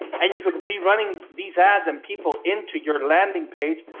and you could be running these ads and people into your landing page,